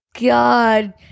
god